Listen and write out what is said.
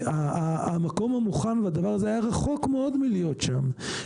המקום המוכן והדבר הזה היה רחוק מאוד מלהיות שם.